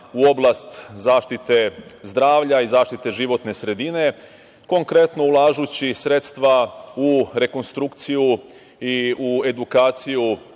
u oblast zaštite zdravlja i zaštite životne sredine, konkretno ulažući sredstva u rekonstrukciju i u edukaciju